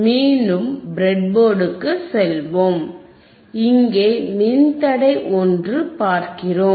மீண்டும் பிரெட்போர்டுக்குச் செல்வோம் இங்கே மின்தடை ஒன்று பார்க்கிறோம்